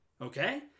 Okay